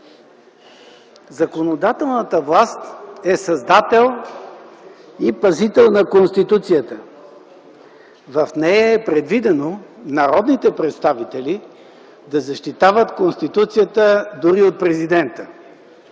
Законодателната власт е създател и пазител на Конституцията. В нея е предвидено народните представители да защитават Конституцията дори от Президента.